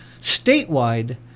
statewide